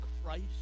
Christ